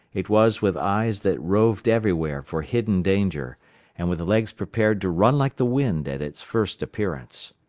it was with eyes that roved everywhere for hidden danger and with legs prepared to run like the wind at its first appearance.